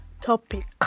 topic